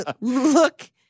Look